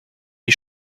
die